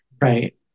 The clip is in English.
Right